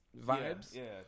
vibes